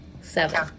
Seven